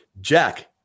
Jack